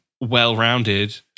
well-rounded